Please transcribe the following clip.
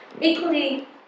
equally